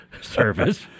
service